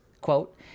quote